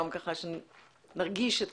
שנרגיש,